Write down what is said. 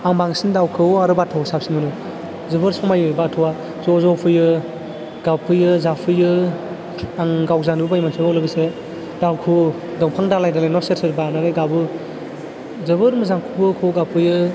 आं बांसिन दाउ खौवौ आरो बाथ'खौ साबसिन मोनो जोबोर समायो बाथ'वा ज' ज' फैयो गाबफैयो जाफैयो आं गावजानो बायो मानसिखौ लोगोसे दाउ खौवौ दफां दालाइ दालाइ न' सेर सेर बानानै गाबो जोबोर मोजां खौवौ खौवौ गाबफैयो